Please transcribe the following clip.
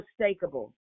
unmistakable